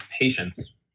Patience